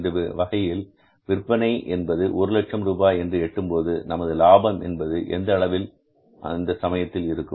இந்த வகையில் விற்பனை என்பது ஒரு லட்சம் ரூபாய் என்று எட்டும்போது நமது லாபம் என்பது எந்த அளவில் அந்த சமயத்தில் இருக்கும்